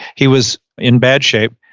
he was in bad shape.